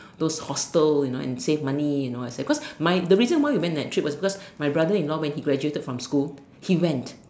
those hostels you know and save money you know what I say cause my the reason why we went that trip was because my brother-in-law when he graduated from school he went